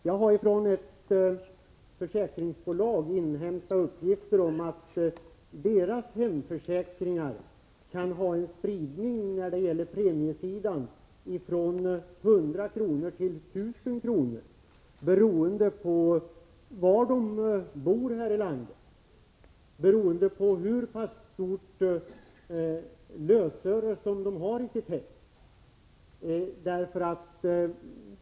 Jag har från ett försäkringsbolag inhämtat uppgiften att dess hemförsäkringar kan ha en spridning när det gäller premiesidan från 100 kr. till 1 000 kr. beroende på var försäkringstagarna bor här i landet och beroende på hur stort lösöre de har i sina hem.